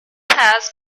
has